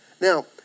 Now